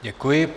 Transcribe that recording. Děkuji.